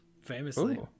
famously